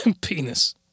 penis